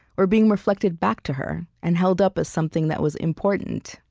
were being reflected back to her and held up as something that was important,